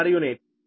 u